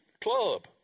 club